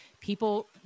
people